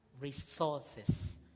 resources